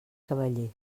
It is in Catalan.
cavaller